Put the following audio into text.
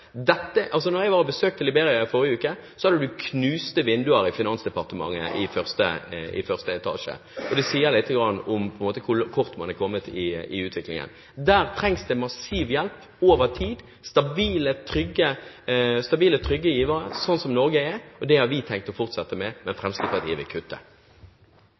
Liberia. Da jeg besøkte Liberia i forrige uke, var det knuste vinduer i finansdepartementet i 1. etasje. Det sier litt om hvor kort man er kommet i utviklingen. Der trengs det massiv hjelp over tid, stabile og trygge givere, slik Norge er. Det har vi tenkt å fortsette med, men Fremskrittspartiet vil kutte.